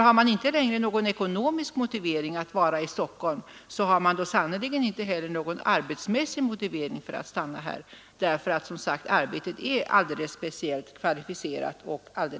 Har man inte längre någon ekonomisk motivering för att tjänstgöra i Stockholm, har man sannerligen inte heller någon arbetsmässig motivering för att stanna här. Arbetet är nämligen som sagt speciellt krävande, besvärligt och riskfyllt.